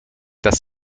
dass